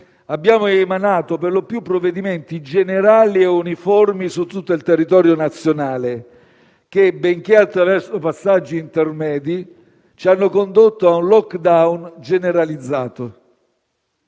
abbiamo emanato perlopiù provvedimenti generali e uniformi su tutto il territorio nazionale che, benché attraverso passaggi intermedi, ci hanno condotto a un *lockdown* generalizzato.